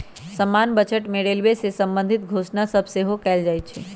समान्य बजटे में रेलवे से संबंधित घोषणा सभ सेहो कएल जाइ छइ